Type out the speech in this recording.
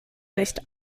nicht